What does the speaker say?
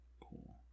cool